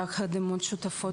יחד עם עוד שותפות,